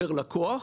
פר לקוח.